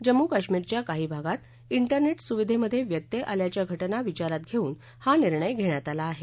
जम्मू कश्मीरच्या काही भागात डेरनेट सुविधेमध्ये व्यत्यय आल्याच्या घटना विचारात धेऊन हा निर्णय घेण्यात आला आहे